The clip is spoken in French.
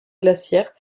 glaciaires